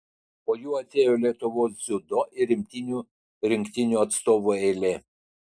po jų atėjo lietuvos dziudo ir imtynių rinktinių atstovų eilė